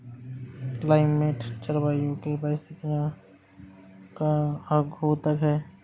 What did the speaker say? climate जलवायु की परिस्थितियों का द्योतक है